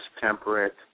temperate